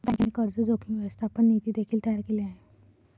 बँकेने कर्ज जोखीम व्यवस्थापन नीती देखील तयार केले आहे